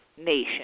nation